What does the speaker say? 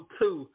two